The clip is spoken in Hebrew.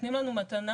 נותנים לנו מתנה,